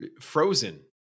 Frozen